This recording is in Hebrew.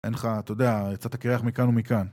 אין לך, אתה יודע, יצאת קרח מכאן ומכאן